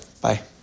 Bye